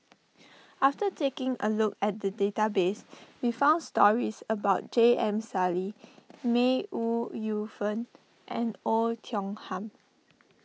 after taking a look at the database we found stories about J M Sali May Ooi Yu Fen and Oei Tiong Ham